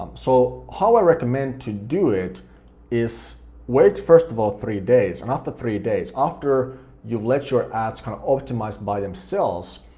so how i recommend to do it is wait first of all three days, and after three days, after you've let your ads kind of optimize by themselves,